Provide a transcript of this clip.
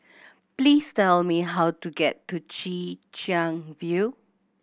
please tell me how to get to Chwee Chian View